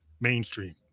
mainstream